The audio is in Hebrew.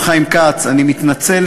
הצעת חוק הגנת הצרכן (תיקון,